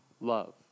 love